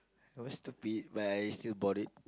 it was stupid but I still bought it